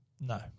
No